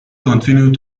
continued